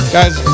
Guys